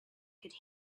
could